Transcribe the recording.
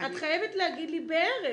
את חייבת להגיד לי בערך.